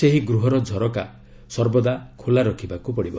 ସେହି ଗୃହର ଝରକା ସର୍ବଦା ଖୋଲା ରଖିବାକୁ ପଡ଼ିବ